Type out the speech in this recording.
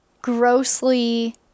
grossly